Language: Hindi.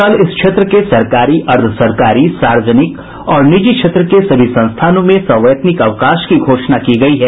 कल इस क्षेत्र के सरकारी अर्द्वसरकारी सार्वजनिक और निजी क्षेत्र के सभी संस्थानों में सवैतनिक अवकाश की घोषणा की गयी है